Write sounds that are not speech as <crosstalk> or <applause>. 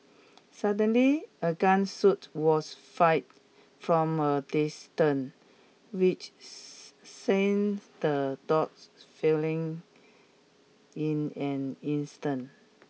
suddenly a gun <unintelligible> was fired from a distance which <unintelligible> sent the dogs failing in an instant